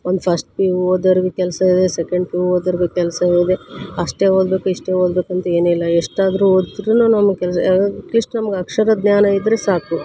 ಒಂದು first P U ಓದ್ದವ್ರಿಗೂ ಕೆಲಸ ಇದೆ ಸೆಕೆಂಡ್ ಪಿ ಯು ಓದ್ದವ್ರಿಗೂ ಕೆಲಸ ಇದೆ ಅಷ್ಟೇ ಓದಬೇಕು ಇಷ್ಟೇ ಓದಬೇಕು ಅಂತೇನಿಲ್ಲ ಎಷ್ಟಾದರೂ ಓದ್ರೂನು ನಮಗೆ ಕೆಲಸ ಎಟ್ ಲೀಶ್ಟ್ ನಮ್ಗೆ ಅಕ್ಷರ ಜ್ಞಾನ ಇದ್ದರೆ ಸಾಕು